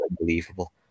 unbelievable